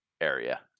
area